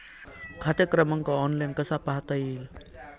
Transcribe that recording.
खाते क्रमांक ऑनलाइन कसा पाहता येईल?